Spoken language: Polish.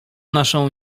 naszą